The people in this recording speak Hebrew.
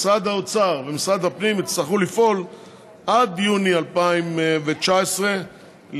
משרד האוצר ומשרד הפנים יצטרכו לפעול עד יוני 2019 ליצור